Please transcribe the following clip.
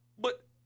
But-